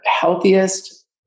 healthiest